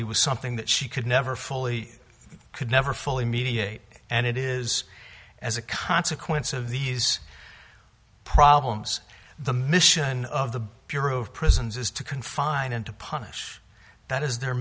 civility was something that she could never fully could never fully mediate and it is as a consequence of these problems the mission of the bureau of prisons is to confine and to punish that is their